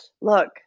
Look